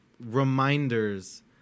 reminders